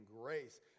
grace